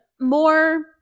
more